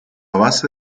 base